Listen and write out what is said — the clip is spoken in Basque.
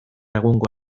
egungo